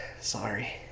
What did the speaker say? Sorry